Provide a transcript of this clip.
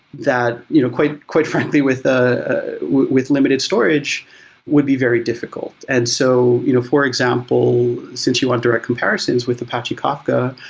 that you know quite quite frankly with ah with limited storage would be very difficult. and so you know for example, since you want direct comparisons with apache kafka,